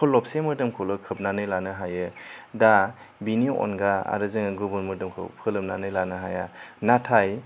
खरलबसे मोदोमखौल' खोबनानै लानो हायो दा बेनि अनगा आरो जोङो गुबुन मोदोमखौ फोलोमनानै लानो हाया नाथाय